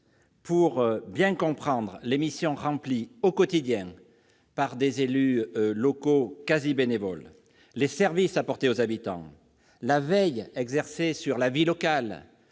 pour bien comprendre les missions remplies au quotidien par des élus locaux quasi bénévoles : les services apportés aux habitants, la veille exercée sur la vie locale,